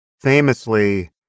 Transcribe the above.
famously